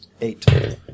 Eight